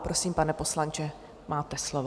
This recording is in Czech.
Prosím, pane poslanče, máte slovo.